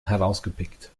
herausgepickt